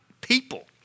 people